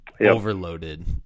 overloaded